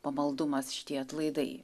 pamaldumas šitie atlaidai